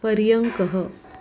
पर्यङ्कः